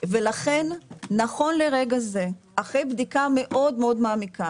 לכן נכון לרגע זה אחרי בדיקה מאוד מעמיקה